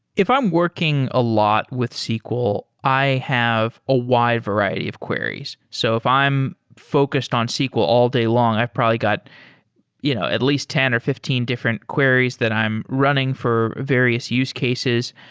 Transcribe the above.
if i'm working a lot with sql, i have a wide variety of queries. so if i'm focused on sql all day long, i probably got you know at least ten or fifteen different queries that i running for various use cases.